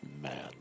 man